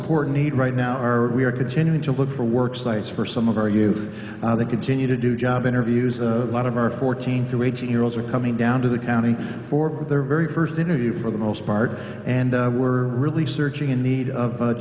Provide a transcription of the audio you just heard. important need right now are we are continuing to look for work sites for some of our youth they continue to do job interviews a lot of our fourteen through eighteen year olds are coming down to the county for their very first interview for the most part and we're really searching in need of